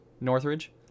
Northridge